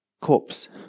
corpse